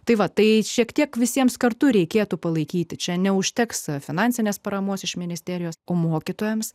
tai va tai šiek tiek visiems kartu reikėtų palaikyti čia neužteks finansinės paramos iš ministerijos o mokytojams